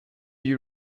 you